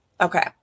Okay